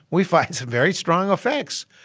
we find some very strong effects.